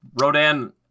Rodan